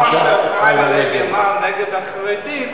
גם מה שאפרים הלוי אמר נגד החרדים.